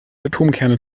atomkerne